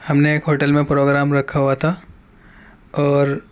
ہم نے ایک ہوٹل میں پروگرام رکھا ہوا تھا اور